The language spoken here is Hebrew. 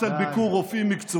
הוא מסביר כמה זה רע להעלות מיסים,